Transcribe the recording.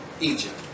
Egypt